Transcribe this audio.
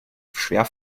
schwer